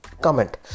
Comment